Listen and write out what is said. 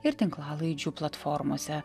ir tinklalaidžių platformose